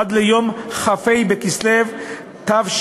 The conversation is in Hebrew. עד ליום כ"ה בכסלו תשע"ו,